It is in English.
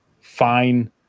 fine